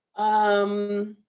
um.